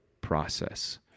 process